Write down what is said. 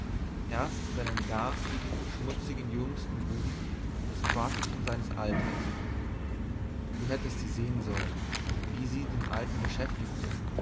herzte seinen garstigen schmutzigen jüngsten buben das quakelchen seines alters du hättest sie sehen sollen wie sie den alten beschäftigte